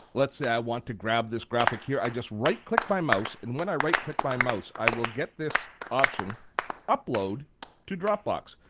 let's say i want to grab this graphic right here. i just right-click my mouse and when i right-click my mouse, i will get this option upload to dropbox.